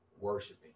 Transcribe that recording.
worshiping